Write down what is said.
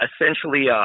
essentially